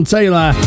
Taylor